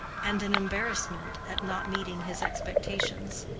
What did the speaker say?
and an embarrassment at not meeting his expectations.